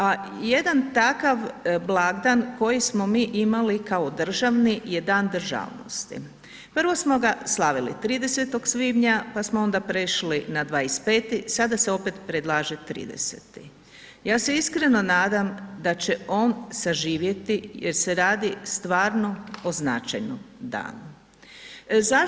A jedan takav blagdan koji smo mi imali kao državni je Dan državnosti, prvo smo ga slavili 30. svibnja, pa smo onda prešli na 25., sada se opet predlaže 30., ja se iskreno nadam da će on saživjeti jer se radi stvarno o značajnom danu.